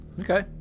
Okay